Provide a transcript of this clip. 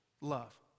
love